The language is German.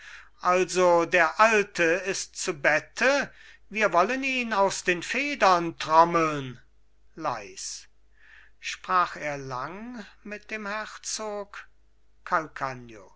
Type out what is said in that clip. also der alte ist zu bette wir wollen ihn aus den federn trommeln leis sprach er lang mit dem herzog